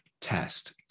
test